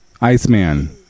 Iceman